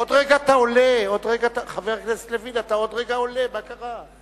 חבר הכנסת לוין, עוד רגע אתה עולה, מה קרה?